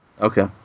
Okay